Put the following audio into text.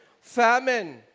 famine